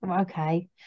okay